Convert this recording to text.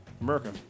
America